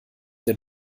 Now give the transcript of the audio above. der